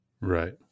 Right